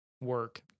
work